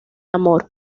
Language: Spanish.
amor